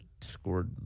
scored